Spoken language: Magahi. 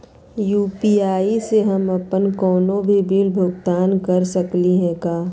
यू.पी.आई स हम अप्पन कोनो भी बिल भुगतान कर सकली का हे?